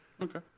Okay